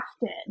often